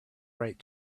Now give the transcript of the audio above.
right